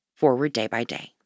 ForwardDayByDay